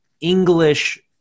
English